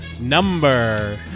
number